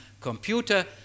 computer